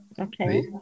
okay